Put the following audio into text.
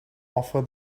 offer